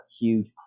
huge